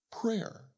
prayer